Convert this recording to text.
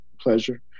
pleasure